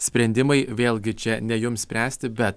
sprendimai vėlgi čia ne jums spręsti bet